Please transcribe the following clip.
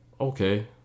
okay